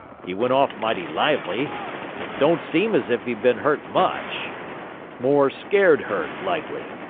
he went off mighty lively don't seem as if he'd been hurt much more scared hurt, likely.